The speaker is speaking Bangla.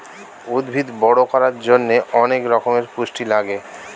উদ্ভিদ বড় করার জন্যে অনেক রকমের পুষ্টি লাগে